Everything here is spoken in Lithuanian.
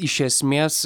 iš esmės